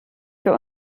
für